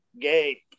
Gay